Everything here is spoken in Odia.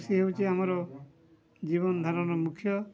ସେ ହେଉଛି ଆମର ଜୀବନ ଧାରଣର ମୁଖ୍ୟ